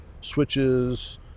switches